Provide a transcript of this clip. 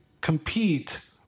compete